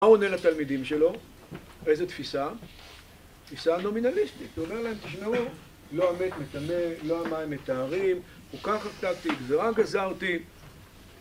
מה הוא עונה לתלמידים שלו? איזו תפיסה? תפיסה נומינליסטית, הוא אומר להם תשמעו, לא המת מטמא, לא המים מטהרים, חוקה חקקתי, גזירה גזרתי